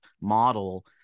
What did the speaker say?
model –